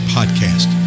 Podcast